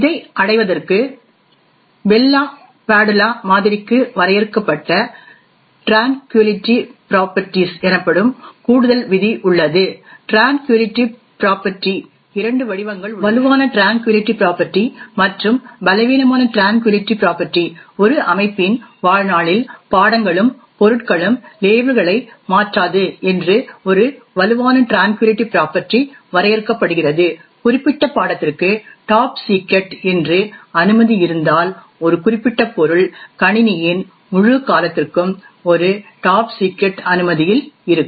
இதை அடைவதற்கு Bell LaPadula மாதிரிக்கு வரையறுக்கப்பட்ட ட்ரேன்க்யூலிட்டி ப்ராபர்ட்டிஸ் எனப்படும் கூடுதல் விதி உள்ளது ட்ரேன்க்யூலிட்டி ப்ராபர்ட்டி இரண்டு வடிவங்கள் உள்ளன வலுவான ட்ரேன்க்யூலிட்டி ப்ராபர்ட்டி மற்றும் பலவீனமான ட்ரேன்க்யூலிட்டி ப்ராபர்ட்டி ஒரு அமைப்பின் வாழ்நாளில் பாடங்களும் பொருட்களும் லேபிள்களை மாற்றாது என்று ஒரு வலுவான ட்ரேன்க்யூலிட்டி ப்ராபர்ட்டி வரையறுக்கப்படுகிறது குறிப்பிட்ட பாடத்திற்கு டாப் சிக்ரெட் என்று அனுமதி இருந்தால் ஒரு குறிப்பிட்ட பொருள் கணினியின் முழு காலத்திற்கும் ஒரு டாப் சிக்ரெட் அனுமதியில் இருக்கும்